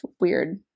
weird